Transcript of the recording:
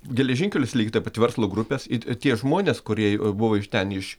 geležinkelius lygiai taip pat verslo grupės ir tie žmonės kurie buvo iš ten iš